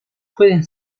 pueden